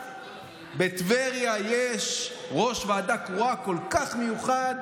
בטבריה יש ראש ועדה קרואה כל כך מיוחד,